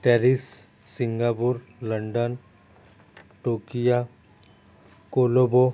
Paris Singapore London Tokyo Colombo